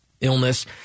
Illness